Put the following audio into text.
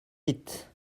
vite